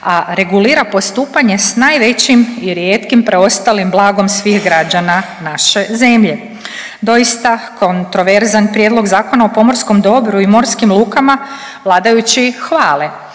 a regulira postupanje sa najvećim i rijetkim preostalim blagom svih građana naše zemlje. Doista kontroverzan Prijedlog zakona o pomorskom dobru i morskim lukama vladajući hvale